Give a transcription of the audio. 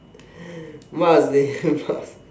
must dey must